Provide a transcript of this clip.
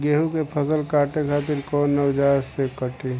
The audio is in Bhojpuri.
गेहूं के फसल काटे खातिर कोवन औजार से कटी?